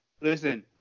listen